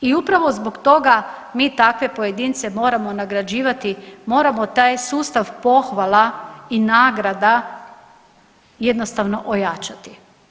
I upravo zbog toga mi takve pojedince moramo nagrađivati, moramo taj sustav pohvala i nagrada jednostavno ojačati.